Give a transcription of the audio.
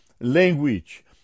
language